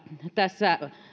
tässä